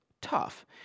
tough